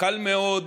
קל מאוד